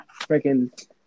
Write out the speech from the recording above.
freaking